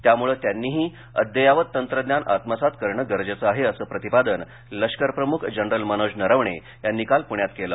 त्यामुळे त्यांनीही अद्ययावत तंत्रज्ञान आत्मसात करणं गरजेचं आहे असं प्रतिपादन लष्करप्रमुख जनरल मनोज नरवणे यांनी काल पुण्यात केलं